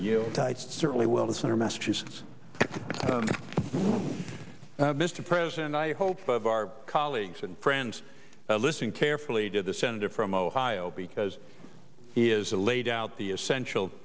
you certainly will the center massachusetts mr president i hope of our colleagues and friends listen carefully to the senator from ohio because he is laid out the essential